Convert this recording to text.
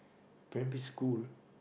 primary school